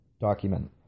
document